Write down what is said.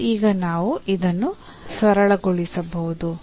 ಮತ್ತು ಈಗ ನಾವು ಇದನ್ನು ಸರಳಗೊಳಿಸಬಹುದು